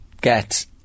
get